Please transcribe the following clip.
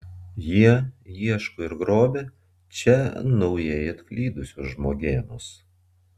jie ieško ir grobia čia naujai atklydusius žmogėnus